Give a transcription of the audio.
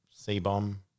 C-bomb